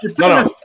no